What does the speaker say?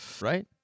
Right